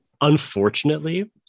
Unfortunately